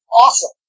awesome